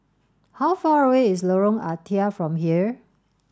how far away is Lorong Ah Thia from here